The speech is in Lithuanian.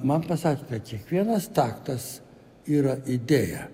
man pasakė kad kiekvienas taktas yra idėja